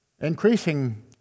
Increasing